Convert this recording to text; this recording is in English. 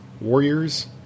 warriors